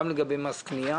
גם לגבי מס קנייה